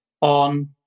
on